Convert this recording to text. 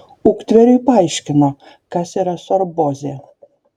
uktveriui paaiškino kas yra sorbozė